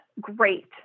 great